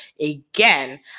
again